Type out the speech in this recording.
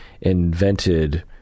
invented